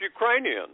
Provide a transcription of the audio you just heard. Ukrainian